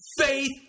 Faith